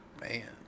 man